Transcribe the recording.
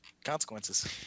consequences